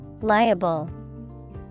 liable